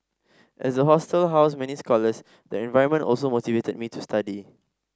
as the hostel housed many scholars the environment also motivated me to study